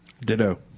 Ditto